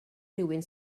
rywun